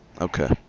Okay